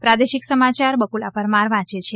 પ્રાદેશિક સમાચાર બકુલા પરમાર વાંચે છે